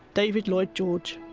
david lloyd george.